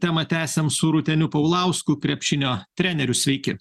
temą tęsiam su rūteniu paulausku krepšinio treneriu sveiki